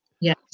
Yes